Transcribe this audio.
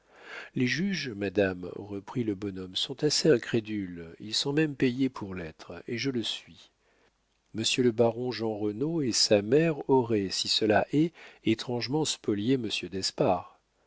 les juges madame reprit le bonhomme sont assez incrédules ils sont même payés pour l'être et je le suis monsieur le baron jeanrenaud et sa mère auraient si cela est étrangement spolié monsieur d'espard